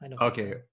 Okay